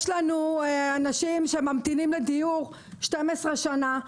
עוד דבר: יש לנו אנשים שממתינים לדיור במשך 12 שנה.